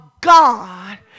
God